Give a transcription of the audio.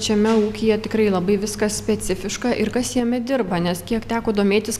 šiame ūkyje tikrai labai viskas specifiška ir kas jame dirba nes kiek teko domėtis